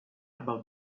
about